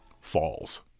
falls